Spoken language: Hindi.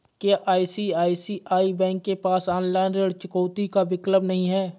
क्या आई.सी.आई.सी.आई बैंक के पास ऑनलाइन ऋण चुकौती का विकल्प नहीं है?